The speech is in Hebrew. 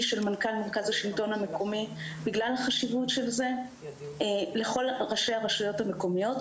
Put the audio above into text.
של מנכ"ל מרכז השלטון המקומי בגלל חשיבותו לכל ראשי הרשויות המקומיות,